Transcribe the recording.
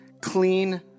clean